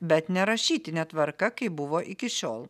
bet ne rašytine tvarka kaip buvo iki šiol